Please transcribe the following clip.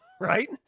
right